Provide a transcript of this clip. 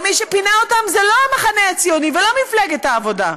אבל מי שפינה אותם זה לא המחנה הציוני ולא מפלגת העבודה,